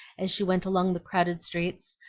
as she went along the crowded streets,